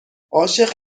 عاشق